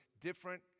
different